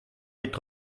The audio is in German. mit